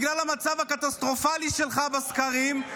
בגלל המצב הקטסטרופלי שלך בסקרים,